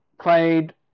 played